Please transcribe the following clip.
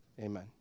Amen